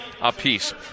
apiece